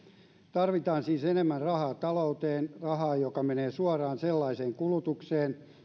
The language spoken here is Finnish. tarvitaan siis enemmän rahaa talouteen rahaa joka menee suoraan sellaiseen kulutukseen